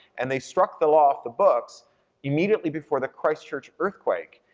and they struck the law off the books immediately before the christchurch earthquake,